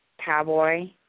Cowboy